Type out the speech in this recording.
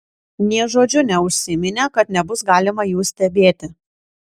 nė žodžiu neužsiminė kad nebus galima jų stebėti